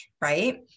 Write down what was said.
right